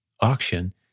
auction